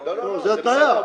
זה התניה.